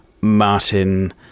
Martin